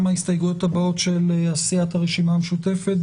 ההסתייגויות הבאות הן של סיעת הרשימה המשותפת.